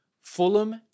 Fulham